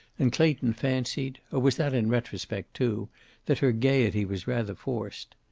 and clayton fancied or was that in retrospect, too that her gayety was rather forced.